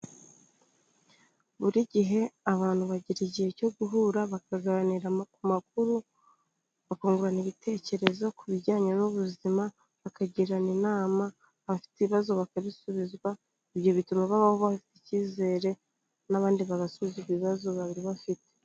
Buri gihe abantu bagira igihe cyo guhura bakaganira ku makuru, bakungurana ibitekerezo ku bijyanye n'ubuzima, bakagirana inama, abafite ibibazo bakabisubizwa, ibyo bituma baba bafite icyizere, n'abandi bagasubiza ibibazo bari bafite.